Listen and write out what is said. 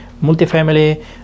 multi-family